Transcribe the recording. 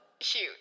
shoot